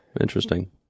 Interesting